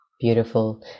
beautiful